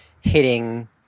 hitting